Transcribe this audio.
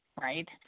right